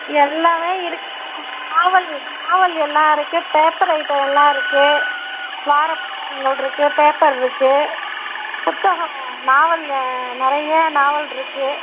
எல்லாமே இருக்குங்க novel novel எல்லாம் இருக்குது பேப்பர் ஐட்டோம் எல்லாம் இருக்குது வார புத்தகங்கள் இருக்குது பேப்பர் இருக்குது புத்தகம் நாவலு நிறைய நாவல் இருக்குது